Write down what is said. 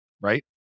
right